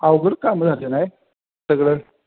अवघड काम झालं नाही सगळं